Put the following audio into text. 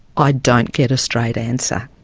i don't get a straight answer.